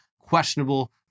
questionable